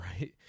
right